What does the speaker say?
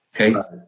okay